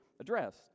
addressed